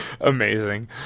Amazing